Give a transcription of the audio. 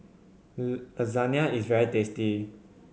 lasagne is very tasty